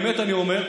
באמת אני אומר,